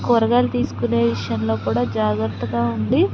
కూరగాయలు తీసుకునే విషయంలో కూడా జాగ్రత్తగా ఉండి